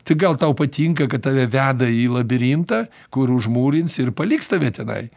tai gal tau patinka kad tave veda į labirintą kur užmūrins ir paliks tave tenai